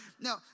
No